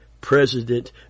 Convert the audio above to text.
President